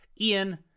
Ian